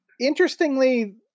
interestingly